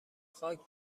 خاک